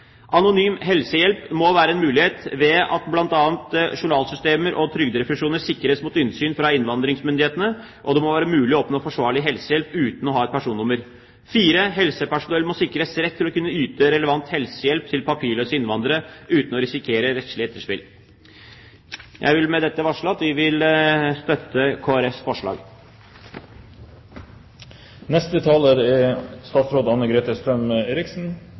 Anonym helsehjelp må være en mulighet ved at bl.a. journalsystemer og trygderefusjoner sikres mot innsyn fra innvandringsmyndighetene, og det må være mulig å oppnå forsvarlig helsehjelp uten å ha et personnummer. For det fjerde: Helsepersonell må sikres rett til å kunne yte relevant helsehjelp til papirløse innvandrere uten å risikere rettslig etterspill. Jeg vil med dette varsle at vi vil støtte